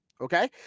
okay